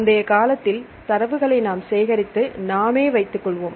முந்தைய காலத்தில் தரவுகளை நாம் சேகரித்து நாமே வைத்துக்கொள்வோம்